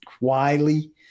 Wiley